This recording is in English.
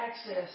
access